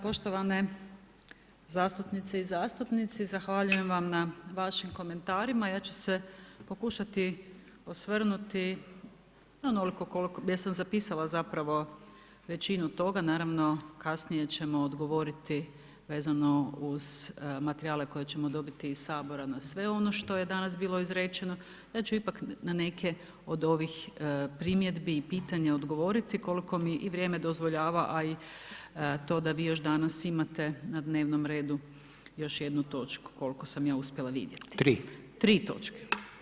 Poštovane zastupnice i zastupnici, zahvaljujem vam na vašim komentarima, ja ću se pokušati osvrnuti onoliko koliko, jer sam zapisala zapravo većinu toga, naravno kasnije ćemo odgovoriti vezano uz materijale koje ćemo dobiti iz Sabora na sve ono što je danas bilo izrečeno, ja ću ipak na neke od ovih primjedbi i pitanja odgovoriti koliko mi i vrijeme dozvoljava a i to da vi još danas imate na dnevnom redu još jednu točku koliko sam ja uspjela vidjeti [[Upadica Reiner: 3.]] 3 točke.